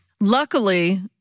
Luckily